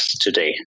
today